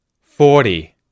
forty